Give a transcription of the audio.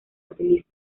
utiliza